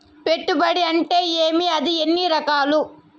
పెట్టుబడి అంటే ఏమి అది ఎన్ని రకాలు